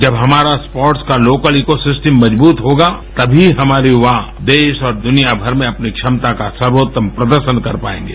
जब हमारा स्पोर्टस का लोकल इको सिस्टम मजबूत होगा तभी हमारे युवा देश और दुनिया भर में अपनी क्षमता का सर्वोत्तम प्रदर्शन कर पाएंगे